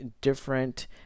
different